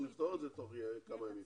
אנחנו נפתור את זה תוך כמה ימים.